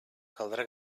caldrà